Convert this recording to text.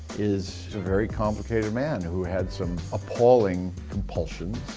is a very complicated man who had some appalling compulsions.